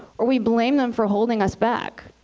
or we blame them for holding us back.